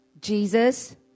Jesus